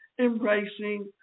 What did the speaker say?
embracing